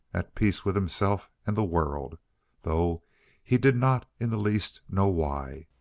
at peace with himself and the world though he did not in the least know why.